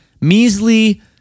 measly